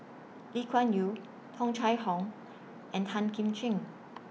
Lee Kuan Yew Tung Chye Hong and Tan Kim Ching